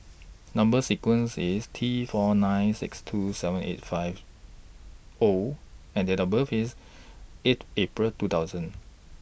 Number sequence IS T four nine six two seven eight five O and Date of birth IS eight April two thousand